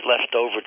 leftover